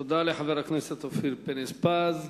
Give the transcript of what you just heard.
תודה לחבר הכנסת אופיר פינס-פז.